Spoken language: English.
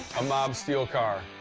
a mobsteel car.